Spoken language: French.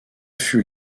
fut